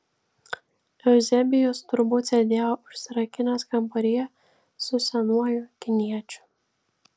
euzebijus turbūt sėdėjo užsirakinęs kambaryje su senuoju kiniečiu